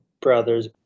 brothers